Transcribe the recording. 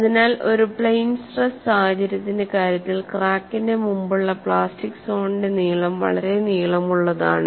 അതിനാൽ ഒരു plane stress സാഹചര്യത്തിന്റെ കാര്യത്തിൽ ക്രാക്കിന്റെ മുമ്പുള്ള പ്ലാസ്റ്റിക് സോണിന്റെ നീളം വളരെ നീളമുള്ളതാണ്